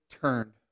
turned